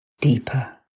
deeper